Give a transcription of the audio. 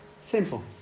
simple